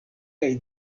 kaj